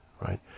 right